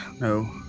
no